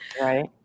Right